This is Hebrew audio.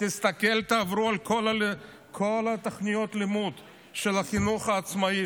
תעברו על כל תוכניות הלימוד של החינוך העצמאי,